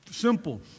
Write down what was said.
simple